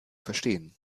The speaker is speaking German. verstehen